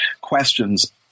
questions